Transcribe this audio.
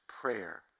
prayer